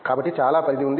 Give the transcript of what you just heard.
కాబట్టి చాలా పరిధి ఉంది